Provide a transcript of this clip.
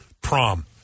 prom